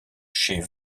chez